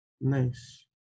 Nice